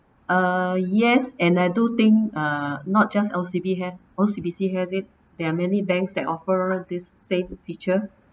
uh yes and I do think uh not just L_C_B have O_C_B_C has it there are many banks that offer this same feature